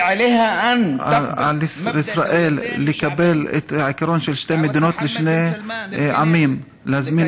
על ישראל לקבל את העיקרון של שתי מדינות לשני עמים ולהזמין